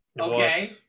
okay